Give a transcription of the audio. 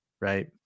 Right